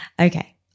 Okay